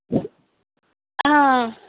हां